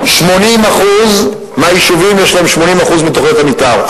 80% מהיישובים יש להם 80% מתוכניות המיתאר,